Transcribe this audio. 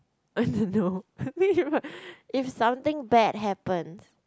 I don't know if something bad happens